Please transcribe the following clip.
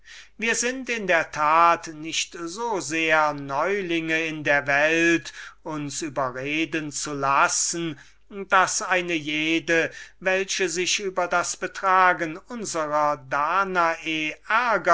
wir sind in der tat nicht so sehr neulinge in der welt daß wir uns überreden lassen sollten daß eine jede welche sich über das betragen unsrer danae